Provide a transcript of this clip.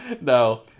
No